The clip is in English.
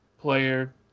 player